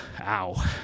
ow